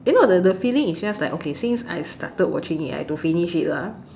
you know the the feeling is just like okay since I started watching it I have to finish it lah